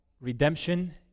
redemption